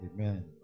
Amen